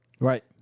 Right